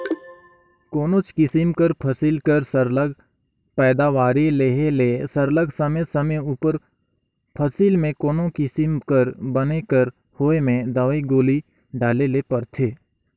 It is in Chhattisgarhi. कोनोच किसिम कर फसिल कर सरलग पएदावारी लेहे ले सरलग समे समे उपर फसिल में कोनो किसिम कर बन कर होए में दवई गोली डाले ले परथे